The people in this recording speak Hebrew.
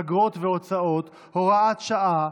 אגרות והוצאות (הוראת שעה),